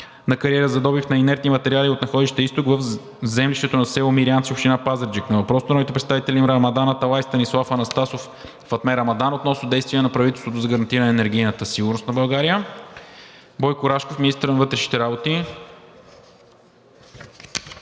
на кариера за добив на инертни материали от находище „Изток“ в землището на село Мирянци, община Пазарджик; - въпрос от Рамадан Аталай, Станислав Анастасов, Фатме Рамадан относно действия на правителството за гарантиране на енергийната сигурност на България. Бойко Рашков – министър на вътрешните работи,